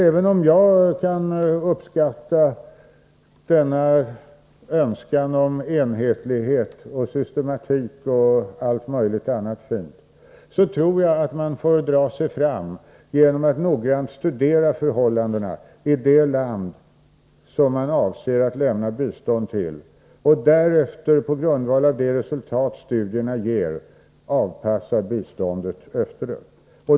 Även om jag kan uppskatta denna önskan om enhetlighet, systematik och allt annat fint, tror jag att man får dra sig fram genom att noggrant studera förhållandena i de länder som man avser att lämna bistånd till och därefter på grundval av resultatet av studierna avpassa biståndet.